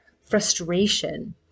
frustration